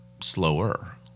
slower